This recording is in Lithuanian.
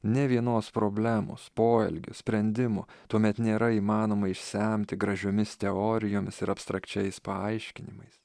nė vienos problemos poelgių sprendimų tuomet nėra įmanoma išsemti gražiomis teorijomis ir abstrakčiais paaiškinimais